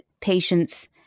patients